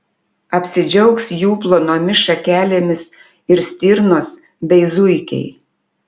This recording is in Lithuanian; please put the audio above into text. apsidžiaugs jų plonomis šakelėmis ir stirnos bei zuikiai